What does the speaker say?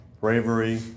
Bravery